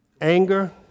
Anger